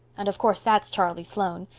and of course that's charlie sloane.